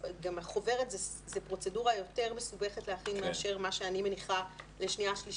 חוברת זו פרוצדורה יותר מסובכת להכין מאשר מה שאני מניחה לשנייה-שלישית,